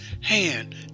hand